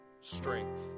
strength